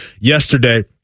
yesterday